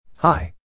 Hi